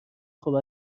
خوب